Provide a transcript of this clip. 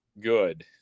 good